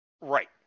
Right